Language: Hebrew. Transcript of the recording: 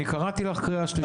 אני קראתי לך קריאה שלישית.